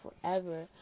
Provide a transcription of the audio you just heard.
forever